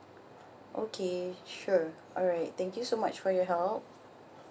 okay sure alright thank you so much for your help